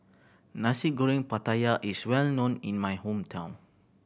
Nasi Goreng Pattaya is well known in my hometown